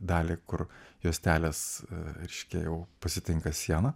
dalį kur juostelės reiškia jau pasitinka siena